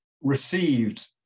received